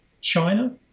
China